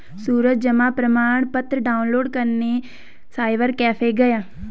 सूरज जमा प्रमाण पत्र डाउनलोड करने साइबर कैफे गया